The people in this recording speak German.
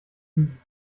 lügen